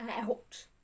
out